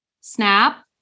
Snap